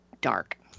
dark